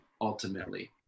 ultimately